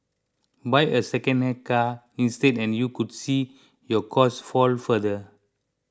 buy a second hand car instead and you could see your costs fall further